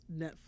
Netflix